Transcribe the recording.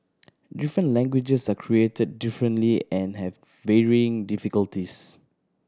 different languages are created differently and have varying difficulties